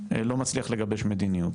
לא מצליח לגבש מדיניות,